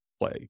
play